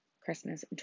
Christmas